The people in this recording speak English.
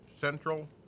Central